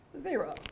Zero